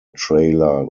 trailer